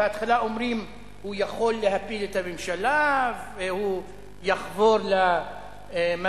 בהתחלה אומרים שהוא יכול להפיל את הממשלה והוא יחבור למפגינים,